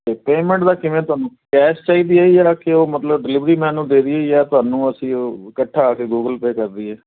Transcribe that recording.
ਅਤੇ ਪੇਮੈਂਟ ਦਾ ਕਿਵੇਂ ਤੁਹਾਨੂੰ ਕੈਸ਼ ਚਾਹੀਦੀ ਆ ਜਾਂ ਕਿ ਉਹ ਮਤਲਬ ਡਿਲੀਵਰੀ ਮੈਨ ਨੂੰ ਦੇ ਦੇਈਏ ਜਾਂ ਤੁਹਾਨੂੰ ਅਸੀਂ ਉਹ ਇਕੱਠਾ ਆ ਕੇ ਗੂਗਲ ਪੇ ਕਰ ਦੇਈਏ